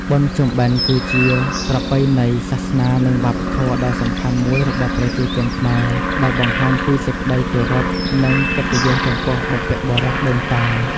បុណ្យភ្ជុំបិណ្ឌគឺជាប្រពៃណីសាសនានិងវប្បធម៌ដ៏សំខាន់មួយរបស់ប្រជាជនខ្មែរ ដែលបង្ហាញពីសេចក្ដីគោរព និងកិត្តិយសចំពោះបុព្វបុរសដូនតា។